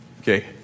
Okay